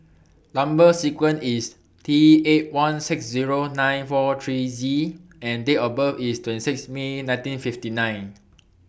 Number sequence IS T eight one six Zero nine four three Z and Date of birth IS twenty six May nineteen fifty nine